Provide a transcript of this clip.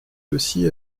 aussi